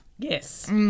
Yes